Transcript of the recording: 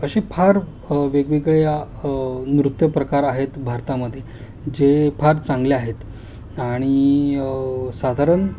असे फार वेगवेगळे नृत्य प्रकार आहेत भारतामध्ये जे फार चांगले आहेत आणि साधारण